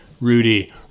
Rudy